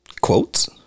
quotes